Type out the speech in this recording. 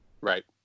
Right